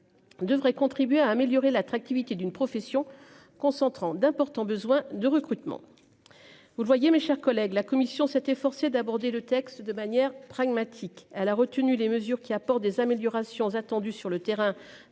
Devrait contribuer à améliorer l'attractivité d'une profession concentrant d'importants besoins de recrutement. Vous le voyez mes chers collègues, la commission s'est efforcé d'aborder le texte de manière pragmatique, elle a retenu les mesures qui apporte des améliorations attendues sur le terrain